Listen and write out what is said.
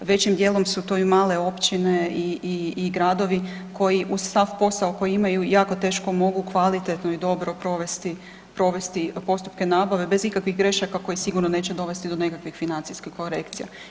Većim dijelom su to i male općine i gradovi koji uz sav posao koji imaju jako teško mogu kvalitetno i dobro provesti, provesti postupke nabave bez ikakvih grešaka koje sigurno neće dovesti do nekakvih financijskih korekcija.